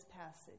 passage